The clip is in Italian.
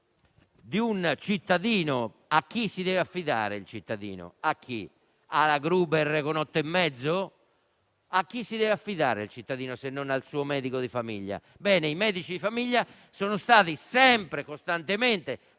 affidarsi. A chi si deve affidare il cittadino? Alla Gruber e a «Otto e mezzo»? A chi si deve affidare il cittadino se non al suo medico di famiglia? Ebbene, i medici di famiglia sono stati sempre, costantemente,